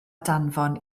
danfon